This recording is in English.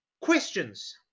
questions